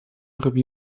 robi